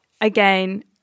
again